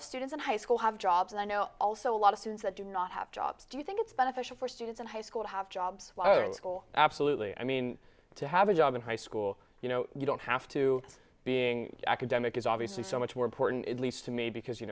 of students in high school have jobs and i know also a lot of students that do not have jobs do you think it's beneficial for students in high school to have jobs while they're in school absolutely i mean to have a job in high school you know you don't have to being academic is obviously so much more important at least to me because you